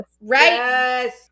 right